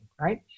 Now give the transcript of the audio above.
right